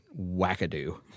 wackadoo